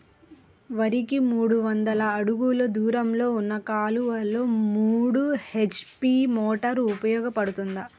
వరికి మూడు వందల అడుగులు దూరంలో ఉన్న కాలువలో మూడు హెచ్.పీ మోటార్ ఉపయోగపడుతుందా?